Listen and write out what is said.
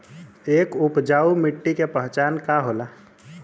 एक उपजाऊ मिट्टी के पहचान का होला?